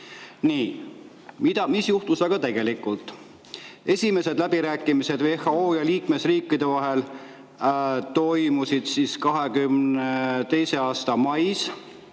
Mis juhtus aga tegelikult? Esimesed läbirääkimised WHO ja liikmesriikide vahel toimusid 2022. aasta mais